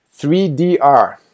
3DR